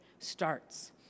starts